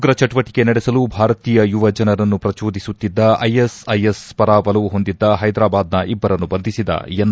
ಉಗ್ರ ಚಟುವಟಿಕೆ ನಡೆಸಲು ಭಾರತೀಯ ಯುವ ಜನರನ್ನು ಪ್ರಚೋದಿಸುತ್ತಿದ್ದ ಐಎಸ್ಐಎಸ್ ಪರ ಒಲವು ಹೊಂದಿದ್ದ ಹೈದ್ರಾಬಾದ್ನ ಇಬ್ಲರನ್ನು ಬಂಧಿಸಿದ ಎನ್ಐಎ